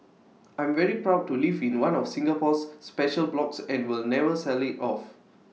I'm very proud to live in one of Singapore's special blocks and will never sell IT off